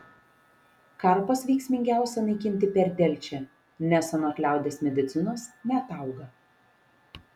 karpas veiksmingiausia naikinti per delčią nes anot liaudies medicinos neatauga